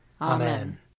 Amen